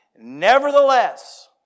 Nevertheless